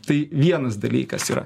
tai vienas dalykas yra